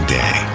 day